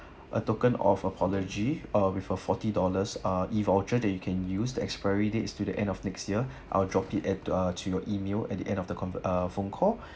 a token of apology uh with a forty dollars ah E_voucher that you can use the expiry dates is to the end of next year I'll drop it at uh to your email at the end of the conver~ uh phone call